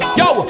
yo